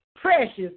precious